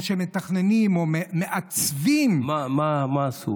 או שמתכננים, או מעצבים, מה, מה עשו?